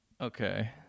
Okay